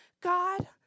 God